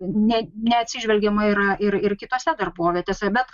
ne neatsižvelgiama yra ir ir kitose darbovietėse bet